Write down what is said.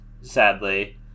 sadly